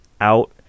out